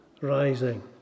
rising